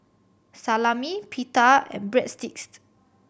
Salami Pita and Breadsticks